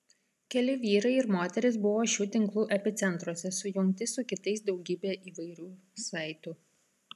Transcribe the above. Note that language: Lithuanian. keli vyrai ir moterys buvo šių tinklų epicentruose sujungti su kitais daugybe įvairių saitų